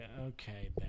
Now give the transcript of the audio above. Okay